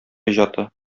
иҗаты